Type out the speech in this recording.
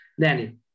Danny